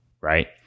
Right